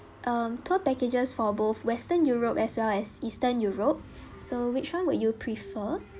um tour packages for both western europe as well as eastern europe so which one would you prefer